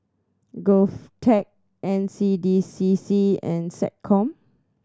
GovTech N C D C C and SecCom